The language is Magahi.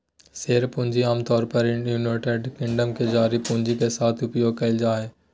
शेयर पूंजी आमतौर पर यूनाइटेड किंगडम में जारी पूंजी के साथ उपयोग कइल जाय हइ